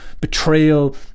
betrayal